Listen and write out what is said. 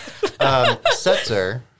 Setzer